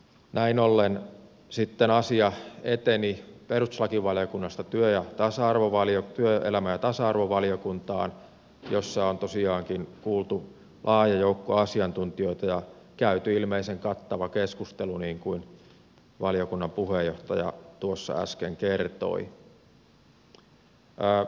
näin ollen sitten asia eteni perustuslakivaliokunnasta työelämä ja tasa arvovaliokuntaan jossa on tosiaankin kuultu laaja joukko asiantuntijoita ja käyty ilmeisen kattava keskustelu niin kuin valiokunnan puheenjohtaja tuossa äsken kertoi